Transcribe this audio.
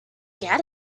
get